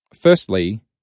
Firstly